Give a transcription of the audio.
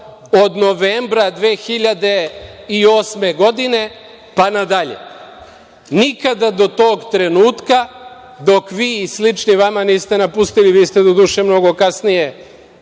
od novembra 2008. godine pa nadalje. Nikada do tog trenutka, dok vi i slični vama niste napustili, vi ste, doduše, mnogo kasnije,